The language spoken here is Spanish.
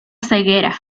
ceguera